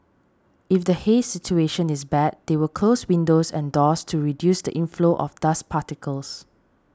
if the haze situation is bad they will close windows and doors to reduce the inflow of dust particles